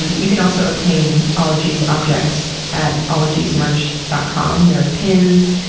and you can also obtain ologies objects at ologiesmerch dot com, there are pins,